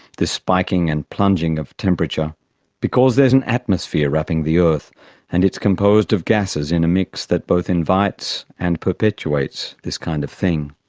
this spiking and plunging of temperature temperature because there's an atmosphere wrapping the earth and it's composed of gases in a mix that both invites and perpetuates this kind of thing.